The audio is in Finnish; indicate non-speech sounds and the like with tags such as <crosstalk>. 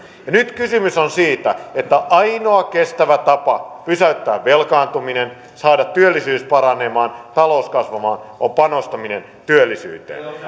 ja nyt kysymys on siitä että ainoa kestävä tapa pysäyttää velkaantuminen saada työllisyys paranemaan ja talous kasvamaan on panostaminen työllisyyteen <unintelligible>